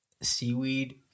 seaweed